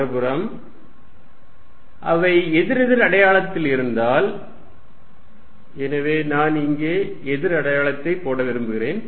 மறுபுறம் அவை எதிர்எதிர் அடையாளத்தில் இருந்தால் எனவே நான் இங்கே எதிர் அடையாளம் போட விரும்புகிறேன்